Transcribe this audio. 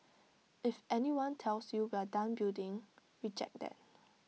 if anyone tells you we're done building reject that